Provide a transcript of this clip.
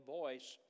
voice